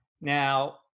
Now